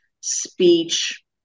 speech